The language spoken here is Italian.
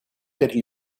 per